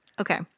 Okay